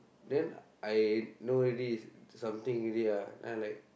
then I know already something already ah then I like